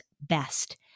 best